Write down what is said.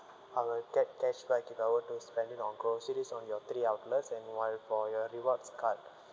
I will get cashback if I were to spend it on groceries on your three outlets and while for your rewards card